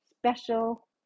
special